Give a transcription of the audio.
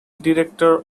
director